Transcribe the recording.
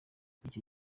icyo